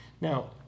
Now